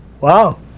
Wow